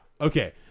Okay